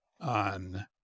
on